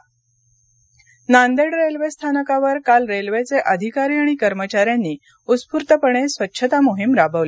Nanded Nanded railway स्थानकावर काल रेल्वेचे अधिकारी आणि कर्मचाऱ्यांनी उत्स्फूर्तपणे स्वच्छता मोहीम राबवली